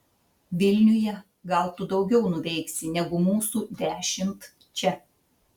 vilniuje gal tu daugiau nuveiksi negu mūsų dešimt čia